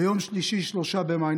ביום שלישי 3 במאי,